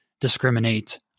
discriminate